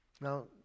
Now